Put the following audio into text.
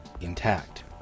intact